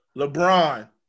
LeBron